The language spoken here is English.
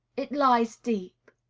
it lies deep.